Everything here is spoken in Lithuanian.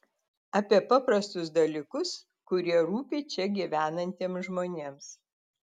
apie paprastus dalykus kurie rūpi čia gyvenantiems žmonėms